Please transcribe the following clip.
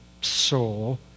soul